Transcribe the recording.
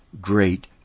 great